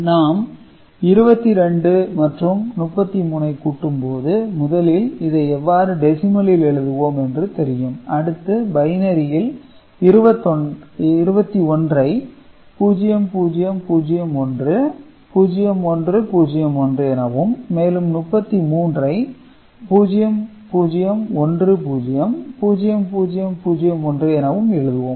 நாம் 22 மற்றும் 33 ஐ கூட்டும்போது முதலில் இதை எவ்வாறு டெசிமலில் எழுதுவோம் என்று தெரியும் அடுத்து பைனரியில் 21 ஐ 0001 0101 எனவும் மேலும் 33 0010 0001 எனவும் எழுதுவோம்